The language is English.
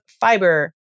fiber